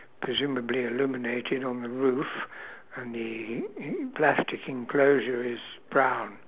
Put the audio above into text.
presumably illuminated on the roof and the plastic enclosure is brown